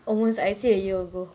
almost I'd say a year ago